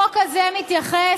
החוק הזה מתייחס